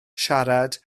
siarad